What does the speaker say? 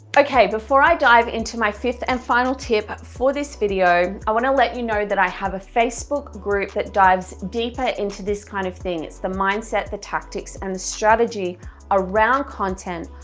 okay before i dive into my fifth and final tip for this video i want to let you know that i have a facebook group that dives deeper into this kind of thing, it's the mindset, the tactics, and the strategy around content,